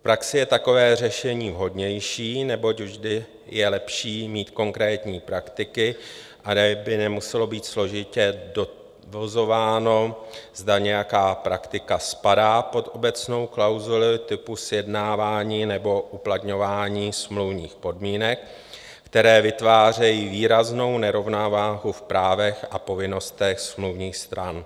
V praxi je takové řešení vhodnější, neboť vždy je lepší mít konkrétní praktiky, kde by nemuselo být složitě dovozováno, zda nějaká praktika spadá pod obecnou klauzuli typu sjednávání nebo uplatňování smluvních podmínek, které vytvářejí výraznou nerovnováhu v právech a povinnostech smluvních stran.